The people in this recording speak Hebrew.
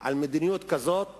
על מדיניות כזאת